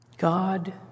God